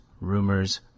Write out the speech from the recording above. rumors